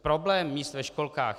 Problém míst ve školkách.